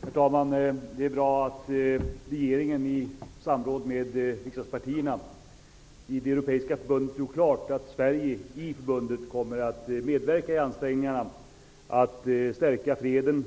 Herr talman! Det är bra att regeringen efter samråd med riksdagspartierna har gjort klart i det europeiska förbundet att Sverige i förbundet kommer att medverka i ansträngningarna att stärka freden